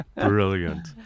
Brilliant